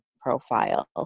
profile